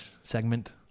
segment